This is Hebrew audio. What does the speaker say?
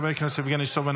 חבר הכנסת יבגני סובה,